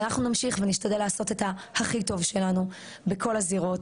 אנחנו נמשיך ונשתדל לעשות את הכי טוב שלנו בכל הזירות,